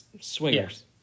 Swingers